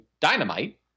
dynamite